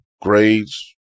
grades